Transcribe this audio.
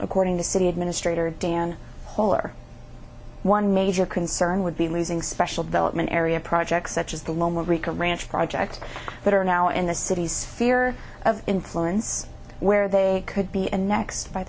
according to city administrator dan holer one major concern would be losing special development area projects such as the loma rica ranch project that are now in the city's fear of influence where they could be annexed by